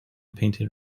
painted